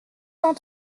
cent